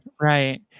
Right